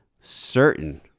certain